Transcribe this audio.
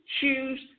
choose